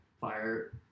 fire